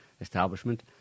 establishment